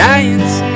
Giants